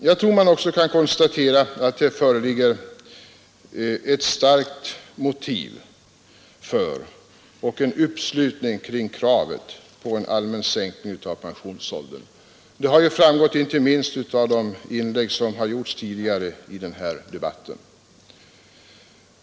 Jag tror att man också kan konstatera att det föreligger ett starkt motiv för och en uppslutning kring kravet på en allmän sänkning av pensionsåldern. Det har framgått inte minst av de inlägg som gjorts tidigare i den här debatten.